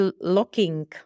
locking